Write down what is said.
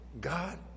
God